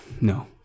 No